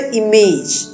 image